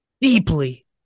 deeply